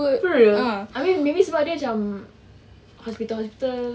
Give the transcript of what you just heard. for real abeh maybe sebab dia macam hospital hospital